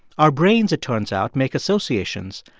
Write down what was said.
our brains, it turns out, make associations.